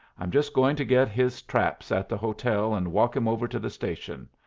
i'm just going to get his traps at the hotel and walk him over to the station.